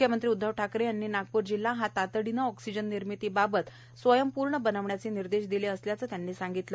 मुख्यमंत्री उद्धव ठाकरे यांनी नागपूर जिल्हा हा तातडीने ऑक्सिजन निर्मिती बाबत स्वयंपूर्ण बनविण्याचे निर्देश दिले असल्याचे त्यांनी सांगितले